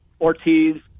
Ortiz